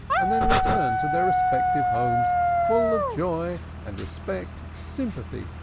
and then returned to their respective homes full of joy and respect, sympathy,